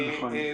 נכון.